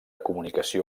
comunicació